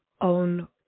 own